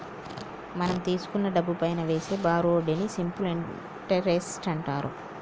మనం తీసుకున్న డబ్బుపైనా వేసే బారు వడ్డీని సింపుల్ ఇంటరెస్ట్ అంటారు